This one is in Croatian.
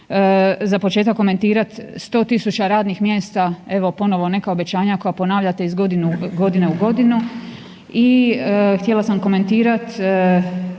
Za početak, komentirati 100 tisuća radnih mjesta. Evo, ponovno neka obećanja koja ponavljate iz godine u godinu